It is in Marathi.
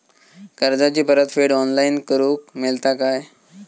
कर्जाची परत फेड ऑनलाइन करूक मेलता काय?